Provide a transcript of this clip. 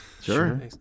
Sure